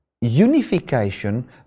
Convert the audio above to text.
unification